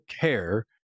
care